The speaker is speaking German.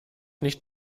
nicht